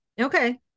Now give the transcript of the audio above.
Okay